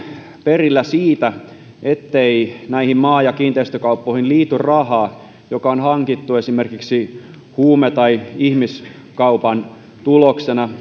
perillä siitä ettei näihin maa ja kiinteistökauppoihin liity rahaa joka on hankittu esimerkiksi huume tai ihmiskaupan tuloksena